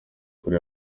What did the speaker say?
kure